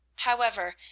however,